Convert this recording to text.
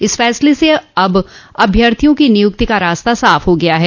इस फैसले से अब अभ्यर्थियों की नियुक्ति का रास्ता साफ हो गया है